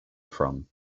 from